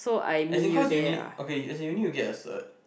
as in cause you need okay as in you need to get a cert